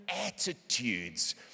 attitudes